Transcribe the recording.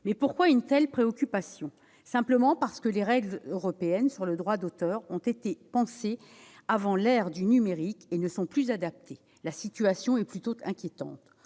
pourquoi une telle préoccupation ? C'est simplement parce que les règles européennes relatives au droit d'auteur ont été pensées avant l'ère du numérique et ne sont plus adaptées. La situation est plutôt inquiétante.